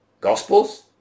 gospels